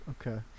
Okay